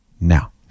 now